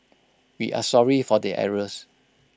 we are sorry for the errors